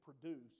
produce